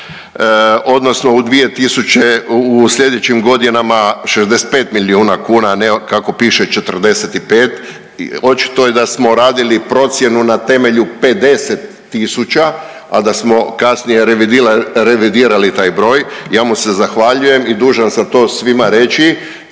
tisuće, u slijedećim godinama 65 milijuna kuna ne kako piše 45, očito je da smo radili procjenu na temelju 50 tisuća, a da smo kasnije revidirali taj broj. Ja mu se zahvaljujem i dužan sam to svima reći,